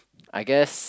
I guess